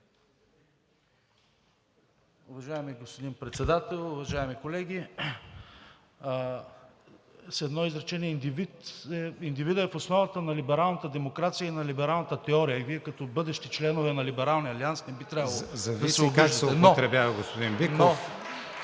Зависи как се употребява, господин Биков.